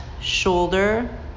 shoulder